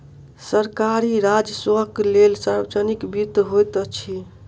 सरकारी राजस्वक लेल सार्वजनिक वित्त होइत अछि